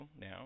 now